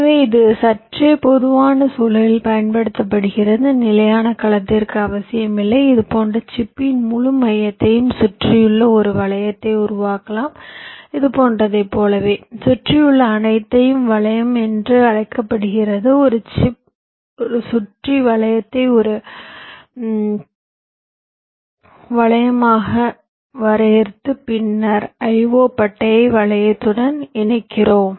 எனவே இது சற்றே பொதுவான சூழலில் பயன்படுத்தப்படுகிறது நிலையான கலத்திற்கு அவசியமில்லை இது போன்ற சிப்பின் முழு மையத்தையும் சுற்றியுள்ள ஒரு வளையத்தை உருவாக்கலாம் இது போன்றதைப் போலவே சுற்றியுள்ள அனைத்தையும் வளையம் என்று அழைக்கப்படுகிறது ஒரு சிப்பை சுற்றி வளையத்தை வரையறுத்து பின்னர் IO பட்டையை வளையத்துடன் இணைக்கிறோம்